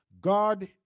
God